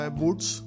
boots